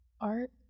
Art